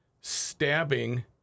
stabbing